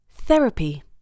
Therapy